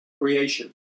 creation